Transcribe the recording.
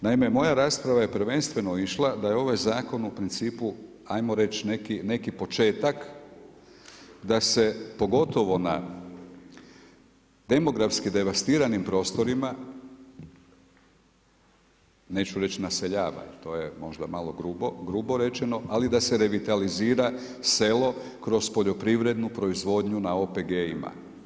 Naime, moja rasprava je prvenstveno išla da je ovaj zakon u principu ajmo reći neki početak da se pogotovo na demografski devastiranim prostorima neću reći naseljava, to je možda malo grubo rečeno, ali da se revitalizira selo kroz poljoprivrednu proizvodnju na OPG-ima.